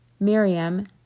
Miriam